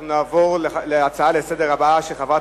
חברת